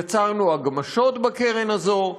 יצרנו הגמשות בקרן הזאת,